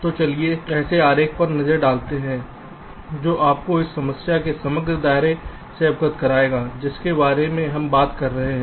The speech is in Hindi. तो चलिए एक ऐसे आरेख पर नज़र डालते हैं जो आपको उस समस्या के समग्र दायरे से अवगत कराएगा जिसके बारे में हम बात कर रहे हैं